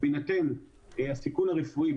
בהינתן הסיכון הרפואי,